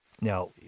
Now